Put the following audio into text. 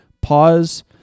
Pause